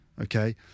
Okay